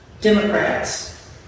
Democrats